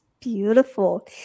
Beautiful